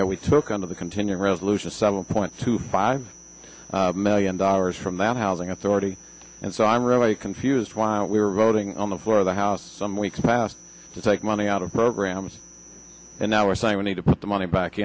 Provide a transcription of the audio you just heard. know we took on the continuing resolution seven point two five million dollars from that housing authority and so i'm really confused while we were voting on the floor of the house some weeks passed to take money out of programs and now are saying we need to put the money back